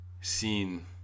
seen